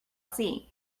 see